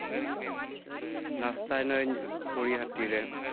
ᱱᱟᱥᱛᱟᱭ ᱱᱟᱹᱧ ᱯᱚᱲᱤᱦᱟ ᱴᱤ ᱨᱮ